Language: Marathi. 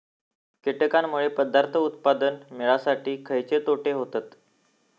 कीटकांनमुळे पदार्थ उत्पादन मिळासाठी खयचे तोटे होतत?